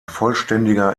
vollständiger